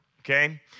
okay